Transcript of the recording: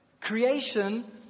creation